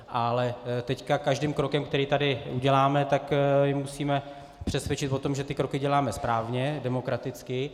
Ale teď každým krokem, který tady uděláme, tak je musíme přesvědčit o tom, že ty kroky děláme správně, demokraticky.